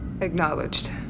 Acknowledged